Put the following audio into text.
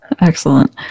Excellent